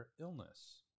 illness